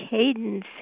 cadence